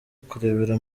kurebera